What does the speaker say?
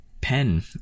pen